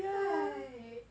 !hais!